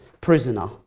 prisoner